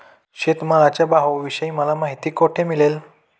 शेतमालाच्या भावाविषयी मला माहिती कोठे मिळेल?